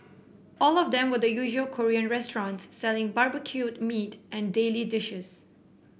all of them were the usual Korean restaurants selling barbecued meat and daily dishes